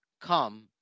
come